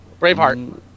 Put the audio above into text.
Braveheart